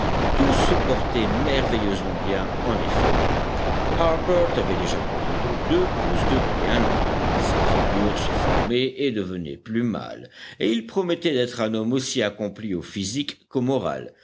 tous se portaient merveilleusement bien en effet harbert avait déjà grandi de deux pouces depuis un an sa figure se formait et devenait plus mâle et il promettait d'être un homme aussi accompli au physique qu'au moral